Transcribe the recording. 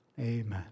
Amen